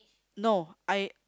no I